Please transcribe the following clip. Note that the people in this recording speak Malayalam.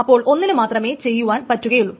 അപ്പോൾ ഒന്നിനു മാത്രമേ ചെയ്യുവാൻ പറ്റുകയുള്ളൂ